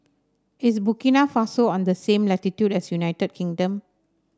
is Burkina Faso on the same latitude as United Kingdom